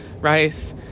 rice